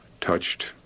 touched